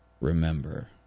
remember